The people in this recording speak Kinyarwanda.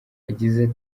yagize